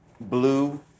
Blue